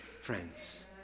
friends